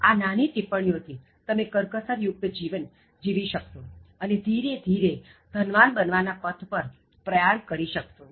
આ નાની ટિપ્પણિ ઓ થી તમે કરકસરયુક્ત જીવન જીવી શક્શો અને ધીરે ધીરે ધનવાન બનવાના પથ પર પ્રયાણ કરી શકશો